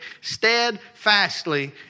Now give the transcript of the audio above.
steadfastly